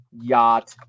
yacht